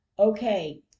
Okay